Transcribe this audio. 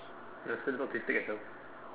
that shit is autistic as hell